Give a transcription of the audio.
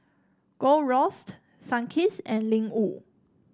Gold Roast Sunkist and Ling Wu